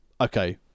okay